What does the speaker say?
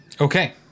Okay